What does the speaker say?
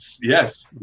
Yes